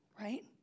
right